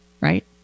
right